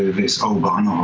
this obann,